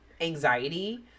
anxiety